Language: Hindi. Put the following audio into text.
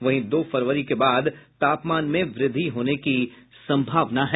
वहीं दो फरवरी के बाद तापमान में वृद्धि होने की सम्भावना है